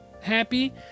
happy